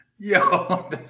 Yo